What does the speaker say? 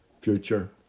future